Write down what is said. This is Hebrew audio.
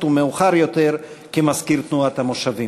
ומאוחר יותר כמזכיר תנועת התושבים.